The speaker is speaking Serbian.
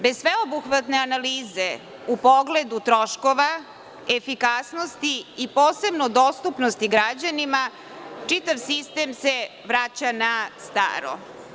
Bez sveobuhvatne analize u pogledu troškova, efikasnosti i posebno dostupnosti građanima čitav sistem se vraća na staro.